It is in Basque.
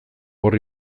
hor